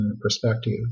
perspective